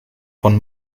von